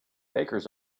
bakers